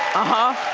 ah huh.